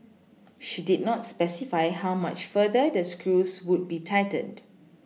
she did not specify how much further the screws would be tightened